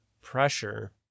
pressure